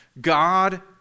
God